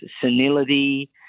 senility